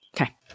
Okay